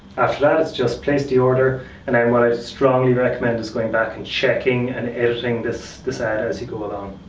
after that, it's just place the order and and what i strongly recommend is going back and checking and editing this this ad as you go along.